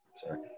sorry